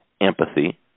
empathy